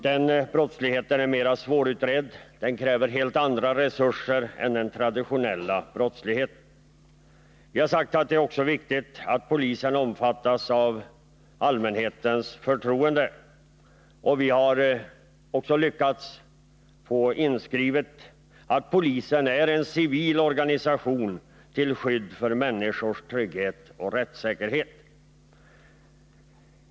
Denna typ av brottslighet är mera svårutredd än annan brottslighet. Den kräver också helt andra resurser än den traditionella brottsligheten. Vi har också sagt att det är viktigt att polisen omfattas av allmänhetens förtroende, och vi har lyckats få inskrivet att polisen är en civil organisation till skydd för människors trygghet och rättssäkerhet.